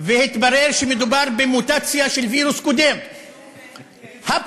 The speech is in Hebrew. והתברר שמדובר במוטציה של וירוס קודם, נו, ו-?